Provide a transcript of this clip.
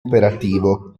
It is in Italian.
operativo